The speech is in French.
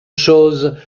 chose